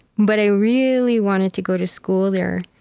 but i really wanted to go to school there.